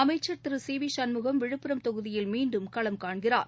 அமைச்சர் Thiru C V Shanmugam Viluppuram தொகுதியில் மீண்டும் களம் காண்கிறார்